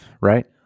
right